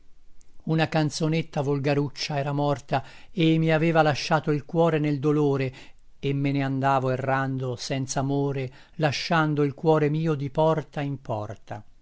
una canzonetta volgaruccia era morta e mi aveva lasciato il cuore nel dolore e me ne andavo errando senz'amore lasciando il cuore mio di porta in porta